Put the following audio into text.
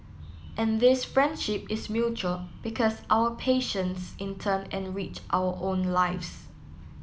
and this friendship is mutual because our patients in turn enrich our own lives